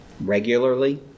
regularly